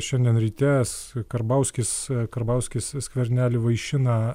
šiandien ryte karbauskis karbauskis skvernelį vaišina